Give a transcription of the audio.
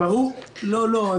לא, לא.